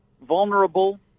vulnerable